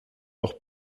noch